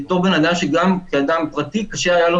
בתור בן אדם שגם כאדם פרטי קשה היה לו